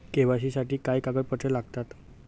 KYC साठी काय कागदपत्रे लागतात?